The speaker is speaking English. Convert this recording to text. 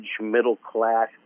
middle-class